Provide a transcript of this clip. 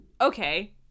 Okay